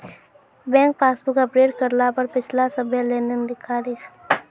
bank passbook update करला पर पिछला सभ्भे लेनदेन दिखा दैय छै